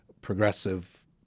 progressive